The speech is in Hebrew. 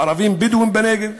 ערבים בדואים בנגב,